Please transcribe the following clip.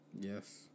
Yes